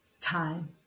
Time